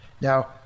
Now